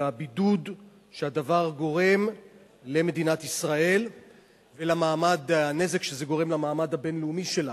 הבידוד שהדבר גורם למדינת ישראל והנזק שזה גורם למעמד הבין-לאומי שלה.